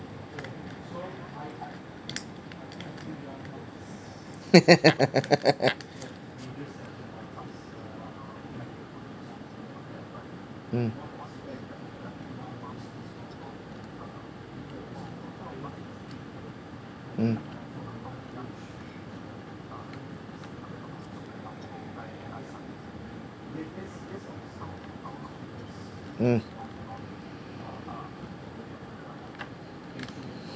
um um uh